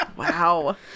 Wow